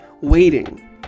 waiting